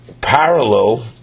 parallel